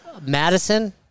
Madison